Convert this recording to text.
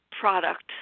product